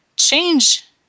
change